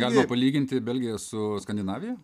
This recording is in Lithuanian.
galima palyginti belgiją su skandinavija